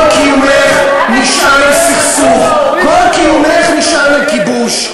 כל קיומך נשען על סכסוך, כל קיומך נשען על כיבוש.